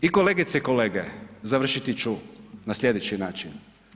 I kolegice i kolege završiti ću na slijedeći način.